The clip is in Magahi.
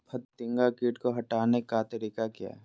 फतिंगा किट को हटाने का तरीका क्या है?